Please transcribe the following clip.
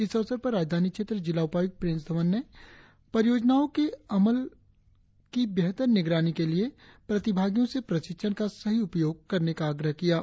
इस अवसर पर राजधानी क्षेत्र जिला उपायुक्त प्रिंस धवन ने परियोजनाओं के अमल की बेहतर निगरानी के लिए प्रतिभागियों से प्रशिक्षण का सही उपयोग करने का आग्रह किया है